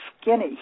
skinny